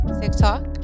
TikTok